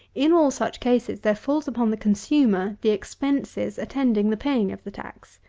in all such cases, there falls upon the consumer the expenses attending the paying of the tax.